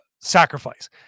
sacrifice